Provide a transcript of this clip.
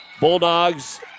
Bulldogs